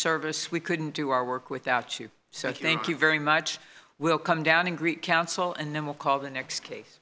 service we couldn't do our work without you so thank you very much will come down in great council and then we'll call the next case